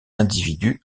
individu